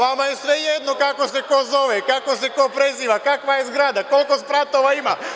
Vama je svejedno kako se ko zove, kako se ko preziva, kakva je zgrada, koliko spratova ima.